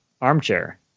armchair